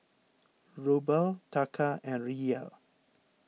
Ruble Taka and Riel